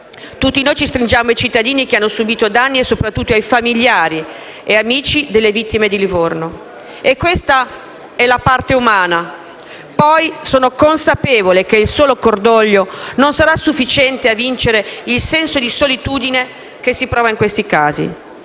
Tutti noi ci stringiamo ai cittadini che hanno subito danni e soprattutto ai familiari ed amici delle vittime di Livorno. Questa è la parte umana; poi sono consapevole che il solo cordoglio non sarà sufficiente a vincere il senso di solitudine che si prova in questi casi.